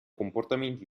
comportamenti